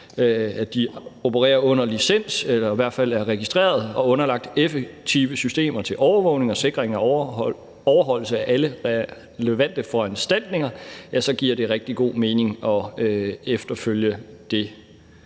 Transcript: at de opererer under licens eller i hvert fald er registreret og underlagt effektive systemer til overvågning og sikring af overholdelse af alle relevante foranstaltninger, så giver det rigtig god mening at efterfølge den